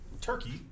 turkey